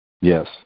Yes